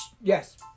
yes